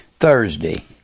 thursday